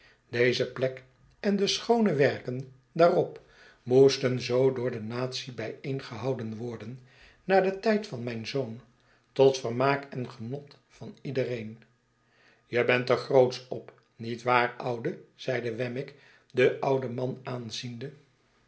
deze plek en de schoone werken daarop moesten zoo door de natie byeengehouden worden na den tijd van mijn zoon tot vermaak en genot vaniedereen je bent er grootsch op niet waar oude zeide wemmick den ouden man aanziende